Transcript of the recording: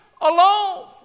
alone